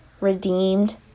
redeemed